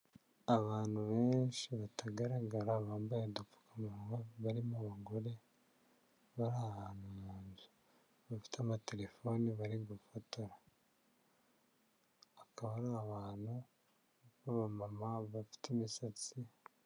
Abantu benshi batagaragara bambaye udupfukamunwa, barimo abagore, bari ahantu mu nzu, bafite amatelefone, bari gufotora, akaba ari abantu b'abamama bafite imisatsi.